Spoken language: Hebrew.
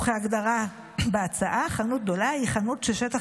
וכהגדרה בהצעה: חנות גדולה היא חנות ששטח